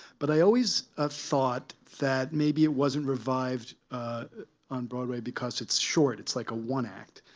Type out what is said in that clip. but i always ah thought that maybe it wasn't revived on broadway because it's short. it's like a one-act.